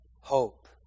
hope